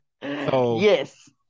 Yes